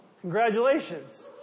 Congratulations